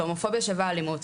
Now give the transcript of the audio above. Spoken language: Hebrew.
והומופוביה שווה אלימות.